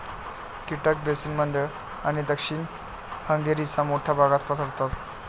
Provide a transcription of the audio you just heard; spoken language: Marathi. कीटक बेसिन मध्य आणि दक्षिण हंगेरीच्या मोठ्या भागात पसरतात